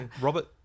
Robert